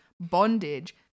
bondage